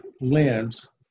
lens